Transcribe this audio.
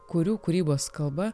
kurių kūrybos kalba